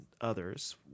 others